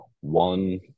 one